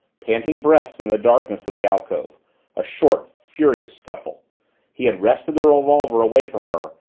panting breaths in the darkness of the alcove a short, furious scuffle he had wrested the revolver away from her,